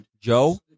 Joe